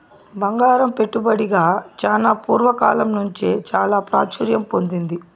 బంగారం పెట్టుబడిగా చానా పూర్వ కాలం నుంచే చాలా ప్రాచుర్యం పొందింది